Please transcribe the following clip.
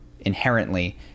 inherently